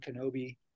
Kenobi